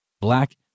black